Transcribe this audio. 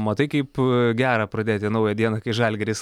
matai kaip gera pradėti naują dieną kai žalgiris